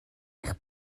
eich